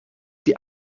die